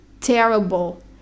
terrible